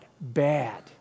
bad